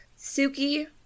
Suki